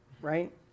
Right